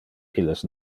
illes